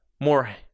more